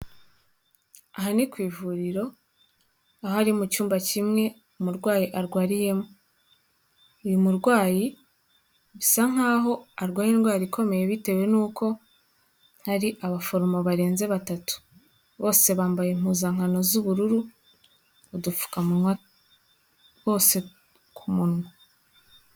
Aha ni ku ivuriro, aho ari mu cyumba kimwe umurwayi arwariyemo, uyu murwayi bisa nkaho arwaye indwara ikomeye bitewe n'uko hari abaforomo barenze batatu, bose bambaye impuzankano z'ubururu, udupfukamunwa bose ku munwa.